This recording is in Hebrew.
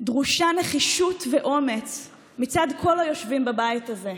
דרושים נחישות ואומץ מצד כל היושבים בבית הזה.